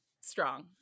strong